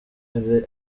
ari